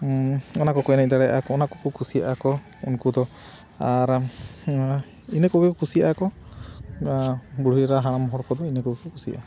ᱚᱱᱟ ᱠᱚᱠᱚ ᱮᱱᱮᱡ ᱫᱟᱲᱮᱭᱟᱜᱼᱟ ᱠᱚ ᱚᱱᱟ ᱠᱚᱠᱚ ᱠᱩᱥᱤᱭᱟᱜ ᱟᱠᱚ ᱩᱱᱠᱩ ᱫᱚ ᱟᱨ ᱤᱱᱟᱹ ᱠᱚᱜᱮ ᱠᱚ ᱠᱩᱥᱤᱭᱟᱜᱼᱟ ᱠᱚ ᱵᱩᱲᱦᱤ ᱨᱟᱦᱟ ᱦᱟᱲᱟᱢ ᱦᱚᱲ ᱠᱚᱫᱚ ᱤᱱᱟᱹ ᱠᱚᱜᱮ ᱠᱚᱠᱚ ᱠᱩᱥᱤᱭᱟᱜᱼᱟ